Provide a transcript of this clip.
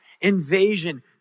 Invasion